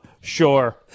sure